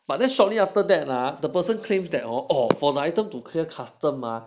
but then shortly after that lah the person claims that orh for the item to clear customs ah